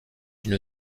une